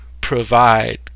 provide